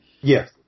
Yes